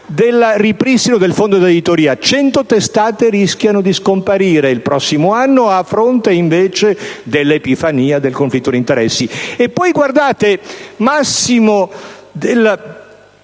del ripristino del Fondo per l'editoria. 100 testate rischiano di scomparire il prossimo anno davanti, invece, all'Epifania del conflitto di interessi. Guardate, massimo del